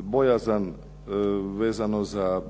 bojazan vezano za